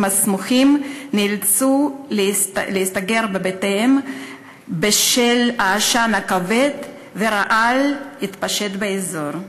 הסמוכים נאלצו להסתגר בבתיהם בשל העשן הכבד והרעל שהתפשט באזור.